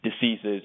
diseases